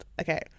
Okay